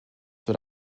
what